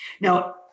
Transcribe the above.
Now